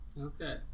okay